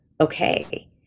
okay